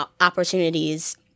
opportunities